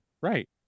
Right